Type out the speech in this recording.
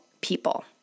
people